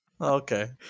Okay